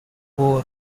four